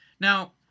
now